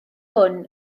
hwn